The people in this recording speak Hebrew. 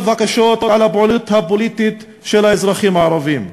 הקשות על הפעילות הפוליטית של האזרחים הערבים.